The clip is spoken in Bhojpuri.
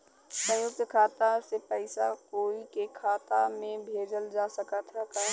संयुक्त खाता से पयिसा कोई के खाता में भेजल जा सकत ह का?